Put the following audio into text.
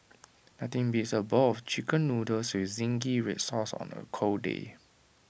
nothing beats A bowl of Chicken Noodles with Zingy Red Sauce on A cold day